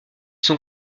sont